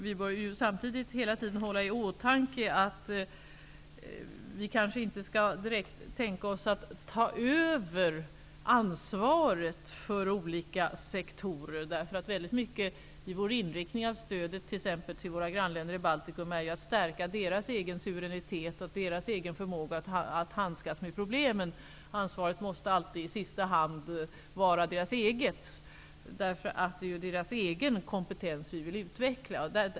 Vi bör samtidigt hela tiden ha i åtanke att vi kanske inte direkt skall ta över ansvaret för olika sektorer. Väldigt mycket i vår inriktning av stödet till exempelvis våra grannländer i Baltikum är ju att stärka deras egen suveränitet och deras egen förmåga att handskas med problemen. Ansvaret måste alltid i sista hand vara deras eget. Det är ju deras egen kompetens vi vill utveckla.